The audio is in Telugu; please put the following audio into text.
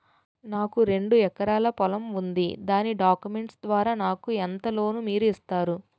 నాకు రెండు ఎకరాల పొలం ఉంది దాని డాక్యుమెంట్స్ ద్వారా నాకు ఎంత లోన్ మీరు ఇస్తారు?